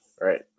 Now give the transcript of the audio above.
Right